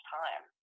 time